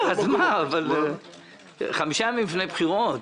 5 ימים לפני בחירות?